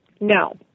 No